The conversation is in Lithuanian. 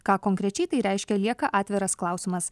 ką konkrečiai tai reiškia lieka atviras klausimas